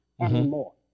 anymore